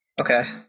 Okay